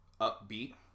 upbeat